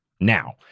Now